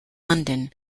london